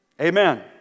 Amen